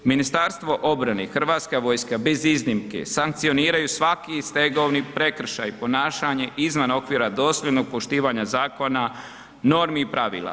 Ministarstvo obrane i Hrvatska vojska bez iznimke sankcioniraju svaki stegovni prekršaj, ponašanje izvan okvira dosljednog poštivanja zakona, norma i pravila.